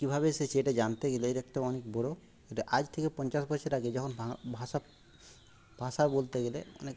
কীভাবে এসেছে এটা জানতে গেলে এর একটা অনেক বড়ো এটা আজ থেকে পঞ্চাশ বছর আগে যখন ভাষা ভাষা বলতে গেলে মানে